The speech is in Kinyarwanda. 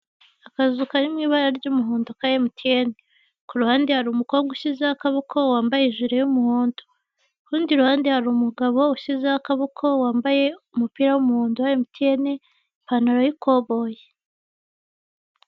Akazu kari mu ibara ry'umuhondo ka emutiyene. Ku ruhande hari umukobwa ushyizeho akaboko wambaye ijire y 'umuhondo. Ku rundi ruhande hari umugabo ushyizeho akaboko wambaye umupira w'umuhondo wa emutiyene, ipantalo y'ikoboyi.